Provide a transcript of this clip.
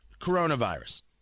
coronavirus